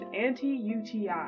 anti-UTI